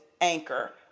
anchor